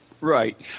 Right